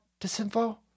disinfo